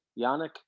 Yannick